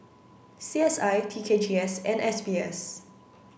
C S I T K G S and S B S